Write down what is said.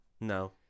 No